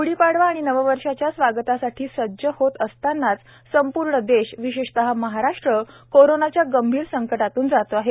गूढी पाडवा आणि नववर्षाच्या स्वागतासाठी सज्ज होत असतानाच संपूर्ण देश विशेषतः महाराष्ट्र करोनाच्या गंभीर संकटातून जात आहे